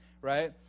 right